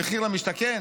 במחיר למשתכן?